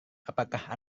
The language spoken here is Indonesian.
apakah